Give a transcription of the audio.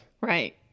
Right